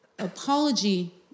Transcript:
Apology